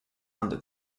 under